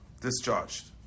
discharged